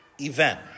event